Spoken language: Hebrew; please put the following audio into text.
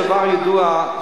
דבר ידוע,